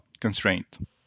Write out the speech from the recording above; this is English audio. constraint